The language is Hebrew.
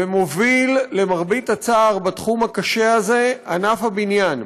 ומוביל, למרבה הצער, בתחום הקשה הזה, ענף הבניין.